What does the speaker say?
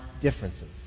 differences